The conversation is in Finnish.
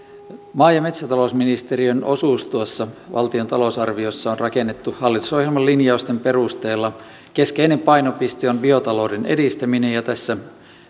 maa ja metsätalousministeriön osuus valtion talousarviossa on rakennettu hallitusohjelman linjausten perusteella keskeinen painopiste on biotalouden edistäminen ja tässä